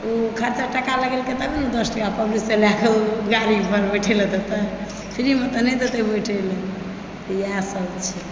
ओ खरचा टाका लगेतै तब ने दस टाका पब्लिकसँ लए कऽ गाड़ीपर बैठै लऽ देतै फ्रीमे तऽ नहि देतै बैठै लऽ इएह सब छै